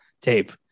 tape